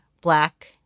black